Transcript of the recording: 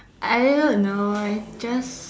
I don't know I just